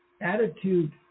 attitude